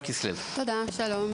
תודה, שלום.